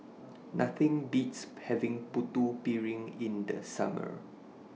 Nothing Beats having Putu Piring in The Summer